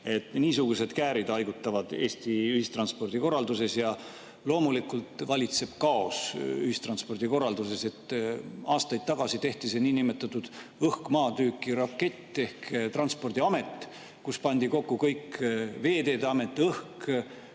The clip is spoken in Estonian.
Niisugused käärid haigutavad Eesti ühistranspordikorralduses. Loomulikult valitseb kaos ühistranspordikorralduses. Aastaid tagasi tehti see niinimetatud õhk-maa-tüüpi rakett ehk Transpordiamet, kuhu pandi kokku Veeteede Amet, õhk,